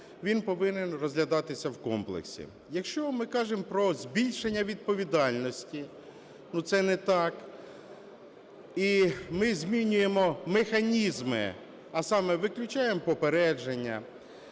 він повинен розглядатися в комплексі. Якщо ми кажемо про збільшення відповідальності, це не так. І ми змінюємо механізми, а саме: виключаємо попередження;